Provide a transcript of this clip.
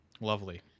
lovely